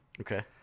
Okay